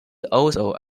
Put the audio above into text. also